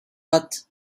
but